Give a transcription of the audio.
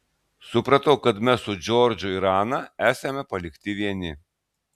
supratau kad mes su džordžu ir ana esame palikti vieni